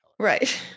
right